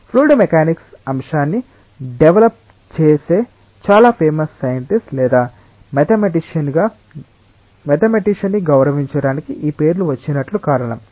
fluid mechanics అంశాన్ని develop చేసే చాలా ఫేమస్ సైంటిస్ట్ లేదా మ్యాథమెటిషియన్ ని గౌరవించటానికి ఈ పేర్లు వచ్చినట్లు కారణం